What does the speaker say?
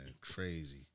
Crazy